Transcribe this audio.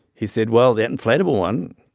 he said, well, that inflatable one,